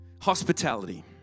Hospitality